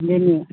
ꯑꯗꯨꯅꯤ